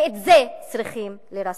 ואת זה צריכים לרסן.